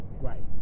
Right